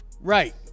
Right